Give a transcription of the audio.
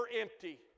empty